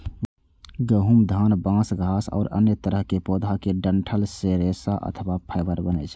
गहूम, धान, बांस, घास आ अन्य तरहक पौधा केर डंठल सं रेशा अथवा फाइबर बनै छै